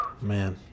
Man